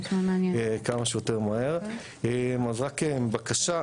אז רק בקשה,